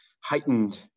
heightened